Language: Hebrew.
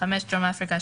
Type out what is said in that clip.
דרום אפריקה,